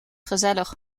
gezellig